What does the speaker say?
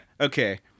Okay